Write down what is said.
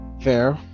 Fair